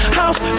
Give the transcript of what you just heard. house